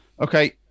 Okay